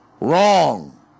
Wrong